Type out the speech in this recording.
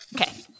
Okay